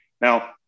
Now